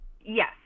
Yes